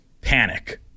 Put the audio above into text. panic